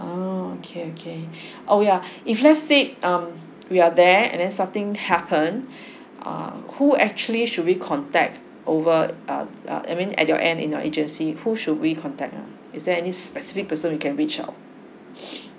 ah okay okay oh yeah if let's say um we are there and then something happen ah who actually should we contact over err err I mean at your end in your agency who should we contact ah is there any specific person we can reach out